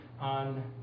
on